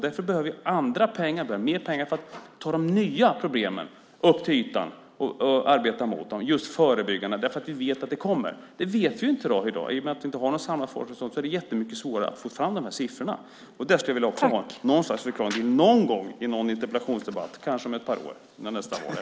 Därför behöver vi mer pengar för att ta de nya problemen upp till ytan och arbeta förebyggande mot dem, eftersom vi vet att de kommer. Vi vet inte i dag vilka de är. Eftersom vi inte har samma resurser i dag är det mycket svårare att få fram siffrorna. Jag skulle vilja ha något slags förklaring till det någon gång i en interpellationsdebatt, kanske om ett par år eller nästa år.